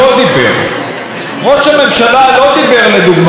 על זה שאנחנו יצאנו וסיימנו את הכנס